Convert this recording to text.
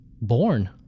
born